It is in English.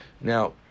Now